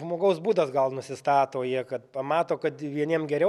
žmogaus būdas gal nusistato jie kad pamato kad vieniem geriau